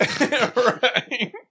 Right